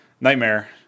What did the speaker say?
nightmare